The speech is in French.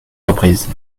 reprises